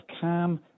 calm